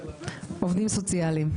עובדים סוציאליים.